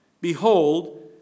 Behold